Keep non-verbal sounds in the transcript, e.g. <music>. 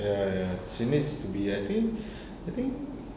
ya ya she needs to be I think <breath> I think